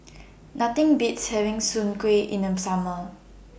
Nothing Beats having Soon Kuih in The Summer